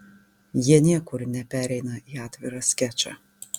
jie niekur nepereina į atvirą skečą